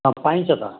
अँ पाइन्छ त